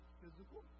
physical